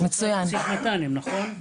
את רוצה להוסיף ניידות טיפול נמרץ, נכון?